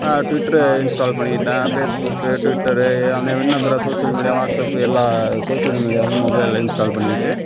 Twitter install பண்ணிகிட்டேன் Facebook Twitter அந்த இன்னும் அப்புறோம் சோஷியல் மீடியா வாட்ஸ்அப்பு எல்லா சோஷியல் மீடியாவையும் மொபைலில் இன்ஸ்டால் பண்ணிக்கிட்டு